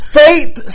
faith